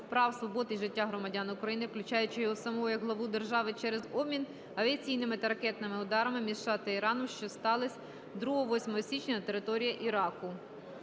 прав, свобод і життя громадян України (включаючи його самого, як Главу держави) через обмін авіаційними та ракетними ударами між США та Іраном, що стались 2-8 січня на території Іраку.